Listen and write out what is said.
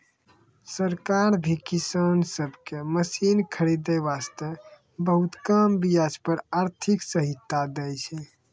सरकार भी किसान सब कॅ मशीन खरीदै वास्तॅ बहुत कम ब्याज पर आर्थिक सहायता दै छै